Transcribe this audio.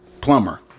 plumber